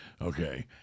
okay